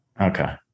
Okay